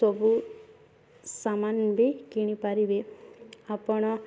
ସବୁ ସାମାନ୍ ବି କିଣିପାରିବେ ଆପଣ